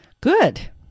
Good